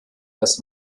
das